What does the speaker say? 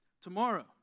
tomorrow